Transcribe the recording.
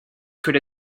could